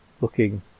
looking